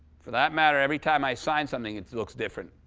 for that matter, every time i sign something, it looks different.